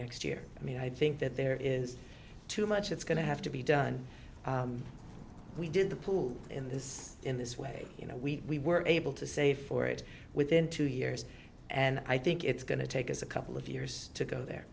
year i mean i think that there is too much it's going to have to be done we did the pool in this in this way you know we were able to save for it within two years and i think it's going to take us a couple of years to go there